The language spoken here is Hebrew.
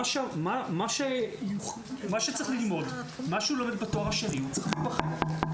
אף אוזן גרון מה שצריך ללמוד בתואר השני הוא צריך להיבחן עליו.